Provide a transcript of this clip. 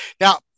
Now